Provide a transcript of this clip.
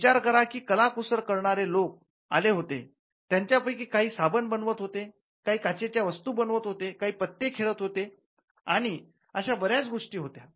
विचार करा की कलाकुसर करणारे लोक आले होते त्यांच्यापैकी काही साबण बनवत होतेकाही काचेच्या वस्तू बनवत होते काही पत्ते खेळत होते आणि अशा बऱ्याच गोष्टी होत्या